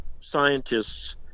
scientists